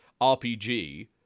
RPG